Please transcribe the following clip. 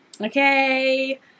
Okay